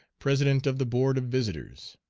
president of the board of visitors.